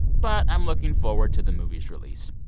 but i'm looking forward to the movie's release.